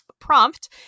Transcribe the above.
prompt